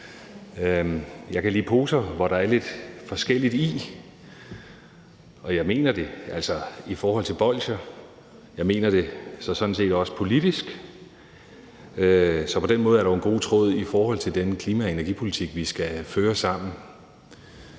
Jeg kan lide poser, hvor der er lidt forskelligt i – og jeg mener det, når det gælder bolsjer, men jeg mener det sådan set også politisk. Så på den måde er der en rød tråd i forhold til den klima- og energipolitik, vi skal føre sammen.